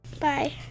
Bye